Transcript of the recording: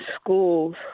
schools